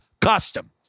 custom